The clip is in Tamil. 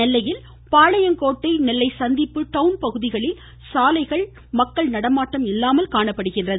நெல்லையில் பாளையங்கோட்டை நெல்லை சந்திப்பு டவுன் பகுதிகளில் சாலைகள் மக்கள் நடமாட்டம் இல்லாமல் காணப்படுகிறது